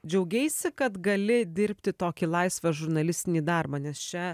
džiaugeisi kad gali dirbti tokį laisvą žurnalistinį darbą nes čia